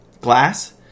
glass